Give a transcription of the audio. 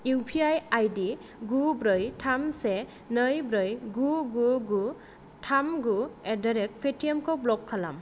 U P I I D गु ब्रै थाम से नै ब्रै गु गु गु थाम गु एडारेड पेटिएमखौ ब्ल'क खालाम